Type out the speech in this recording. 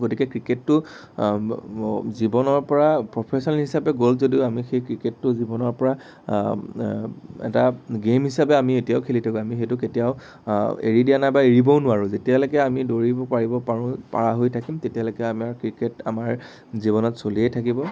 গতিকে ক্ৰিকেটটো জীৱনৰ পৰা প্ৰফেচন হিচাপে গ'ল যদিও আমি সেই ক্ৰিকেটটো জীৱনৰ পৰা এটা গেম হিচাপে আমি এতিয়াও খেলি থাকোঁ আমি সেইটো কেতিয়াও এৰি দিয়া নাই বা এৰিবও নোৱাৰো যেতিয়ালেকে আমি দৌৰিব পাৰো পাৰা হৈ থাকিম তেতিয়ালেকে আমাৰ ক্ৰিকেট আমাৰ জীৱনত চলিয়ে থাকিব